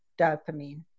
dopamine